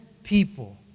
people